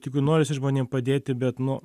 tik norisi žmonėms padėti bet nu